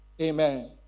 Amen